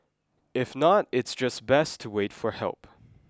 if not it's just best to wait for help